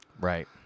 Right